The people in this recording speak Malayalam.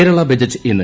കേരള ബജറ്റ് ഇന്ന്